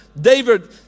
David